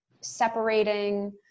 separating